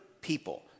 people